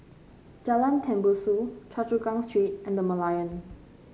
Jalan Tembusu Choa Chu Kang Street and The Merlion